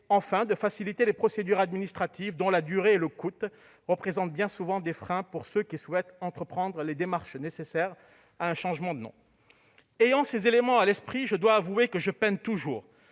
enfin, de faciliter les procédures administratives dont la durée et le coût représentent bien souvent des freins pour ceux qui souhaitent entreprendre les démarches nécessaires à un changement de nom. Ayant ces éléments à l'esprit, je dois avouer que je peine toujours